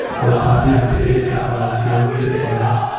or copy and paste the file to your user files,